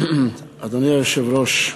אדוני היושב-ראש,